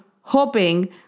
hoping